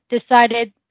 decided